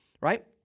right